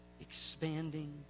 expanding